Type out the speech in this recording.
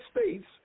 states